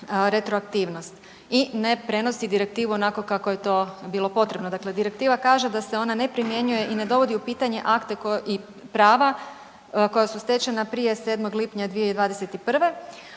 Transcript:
i ne prenosi direktivu onako kako je to bilo potrebno. Dakle, direktiva kaže da se ona ne primjenjuje i ne dovodi u pitanje akte i prava koja su stečena prije 7. lipnja 2021.,